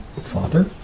father